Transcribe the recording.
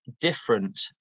different